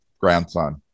grandson